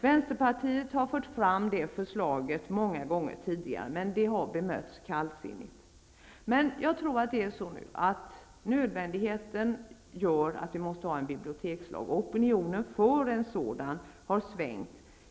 Vänsterpartiet har fört fram det förslaget många gånger tidigare, men det har bemötts kallsinnigt. Jag tror ändå att nödvändigheten gör att vi måste ha en bibliotekslag och att opinionen för en sådan har svängt.